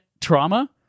trauma